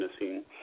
missing